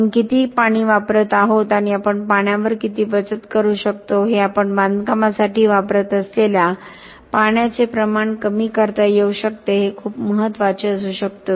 आपण किती पाणी वापरत आहोत आणि आपण पाण्यावर किती बचत करू शकतो हे आपण बांधकामासाठी वापरत असलेल्या पाण्याचे प्रमाण कमी करता येऊ शकते हे खूप महत्वाचे असू शकते